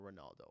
Ronaldo